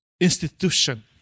institution